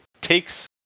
takes